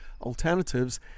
alternatives